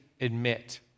admit